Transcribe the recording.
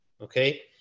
Okay